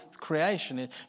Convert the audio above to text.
creation